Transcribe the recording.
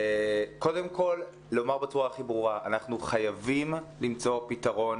קודם כל לומר בצורה הכי ברורה: אנחנו חייבים למצוא פתרון